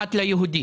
ואחת ליהודים.